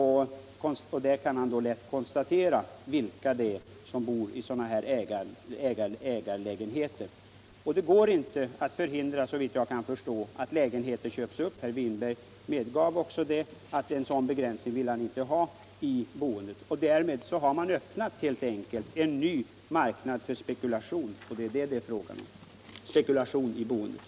Han kan då lätt konstatera vilka det är som bor i lägenheter som de själva äger. Det går inte, såvitt jag förstår, att förhindra att lägenheter köps upp. Herr Winberg medgav att han inte ville ha en sådan begränsning. Genom att införa ett system med ägarlägenheter har man öppnat en ny marknad för spekulation i boendet. Det är det saken gäller.